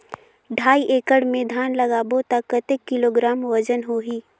ढाई एकड़ मे धान लगाबो त कतेक किलोग्राम वजन होही?